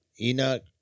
Enoch